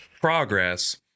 progress